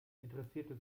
interessierte